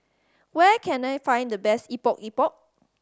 where can I find the best Epok Epok